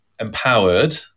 empowered